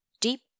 deep